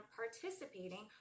participating